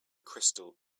crystal